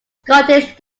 scottish